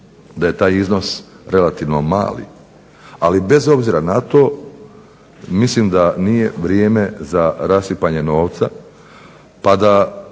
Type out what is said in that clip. da je taj iznos relativno mali. Ali bez obzira na to mislim da nije vrijeme za rasipanje novca, pa da